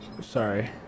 Sorry